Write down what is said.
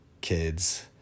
kids